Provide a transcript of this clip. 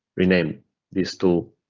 rename these two